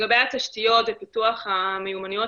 לא אוסיף על התשתיות ופיתוח המיומנויות,